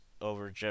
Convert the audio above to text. over